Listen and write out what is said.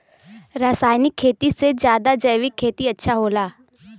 रासायनिक खेती से ज्यादा जैविक खेती अच्छा होला